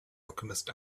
alchemist